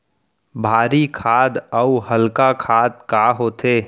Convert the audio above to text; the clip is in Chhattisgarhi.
भारी खाद अऊ हल्का खाद का होथे?